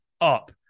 up